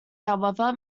however